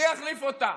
מי יחליף אותן?